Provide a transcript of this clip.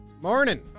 Morning